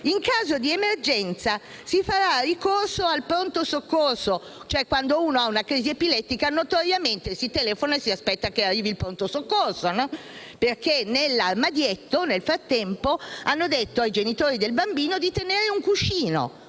«in caso di emergenza si farà ricorso al pronto soccorso». Cioè, quando uno ha una crisi epilettica, notoriamente si telefona e si aspetta che arrivi il pronto soccorso; nel frattempo, hanno detto ai genitori del bambino di tenere un cuscino